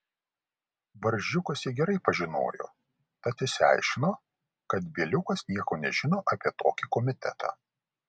barzdžiukas jį gerai pažinojo tad išsiaiškino kad bieliukas nieko nežino apie tokį komitetą